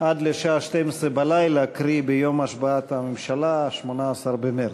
עד לשעה 24:00, קרי ביום השבעת הממשלה, 18 במרס.